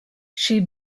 she